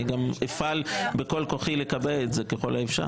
אני גם אפעל בכל כוחי לקבע את זה ככל האפשר.